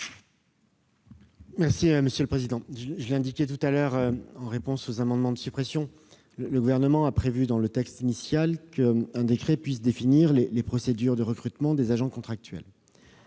secrétaire d'État. Comme je l'ai indiqué précédemment en réponse aux amendements de suppression, le Gouvernement avait prévu dans le texte initial qu'un décret puisse définir les procédures de recrutement des agents contractuels.